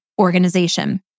organization